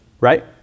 right